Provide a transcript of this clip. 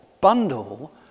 bundle